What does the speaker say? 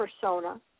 persona